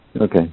Okay